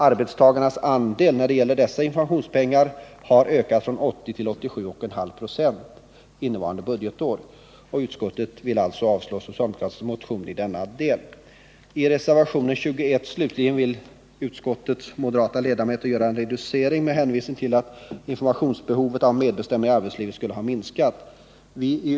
Arbetstagarnas andel av dessa informationspengar har ökat från 80 96 till 87,5 96 innevarande budgetår. Utskottet avstyrker därför den socialdemokratiska motionen i denna del. I reservationen 21, slutligen, vill utskottets moderata ledamöter göra en reducering med hänvisning till att behovet av information om medbestämmande i arbetslivet skulle ha minskat.